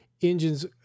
Engines